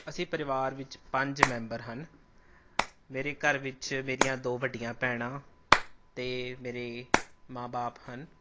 ਅਸੀਂ ਪਰਿਵਾਰ ਵਿੱਚ ਪੰਜ ਮੈਂਬਰ ਹਨ ਮੇਰੇ ਘਰ ਵਿੱਚ ਮੇਰੀਆਂ ਦੋ ਵੱਡੀਆਂ ਭੈਣਾਂ ਅਤੇ ਮੇਰੇ ਮਾਂ ਬਾਪ ਹਨ